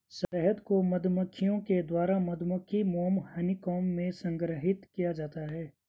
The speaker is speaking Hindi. शहद को मधुमक्खियों द्वारा उनके मधुमक्खी मोम हनीकॉम्ब में संग्रहीत किया जाता है